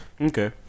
Okay